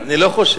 אני לא חושב.